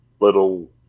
little